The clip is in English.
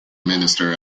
minister